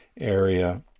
area